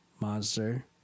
Monster